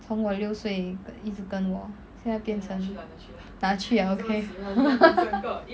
从我六岁一直跟我现在变成拿去 ah okay